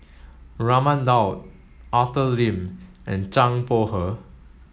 Raman Daud Arthur Lim and Zhang Bohe